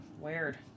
weird